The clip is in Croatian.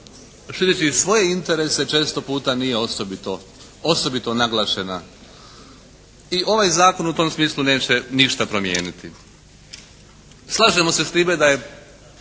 šireći svoje interese često puta nije osobito naglašena. I ovaj zakon u tom smislu neće ništa promijeniti. Slažemo se s time da je